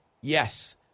yes